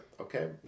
okay